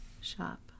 Shop